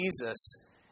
Jesus